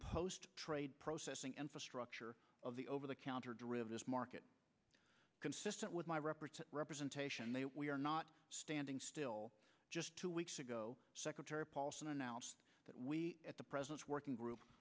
post trade processing and structure of the over the counter derivatives market consistent with my reparative representation that we are not standing still just two weeks ago secretary paulson announced that we at the president's working group